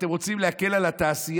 אתם רוצים להקל על התעשייה,